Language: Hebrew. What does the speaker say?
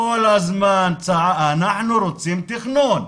כל הזמן צעקו אנחנו רוצים תכנון.